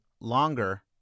longer